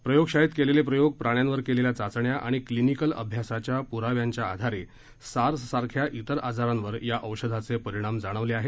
प्रयोगशाळेत केलेले प्रयोग प्राण्यांवर केलेल्या चाचण्या आणि क्लिनिकल अभ्यासाच्या पुराव्यांच्या आधारे सार्स सारख्या इतर आजारांवर या औषधाचे परिणाम जाणवले आहे